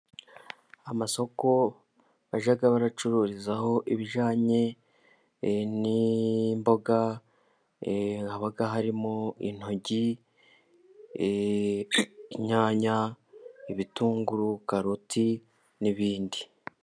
Amasoko bajya baracururizaho ibijyanye n'imboga, haba harimo: intogi, inyanya, ibitunguru, karoti n'ibindi.